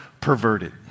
perverted